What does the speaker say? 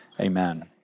Amen